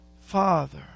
father